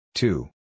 Two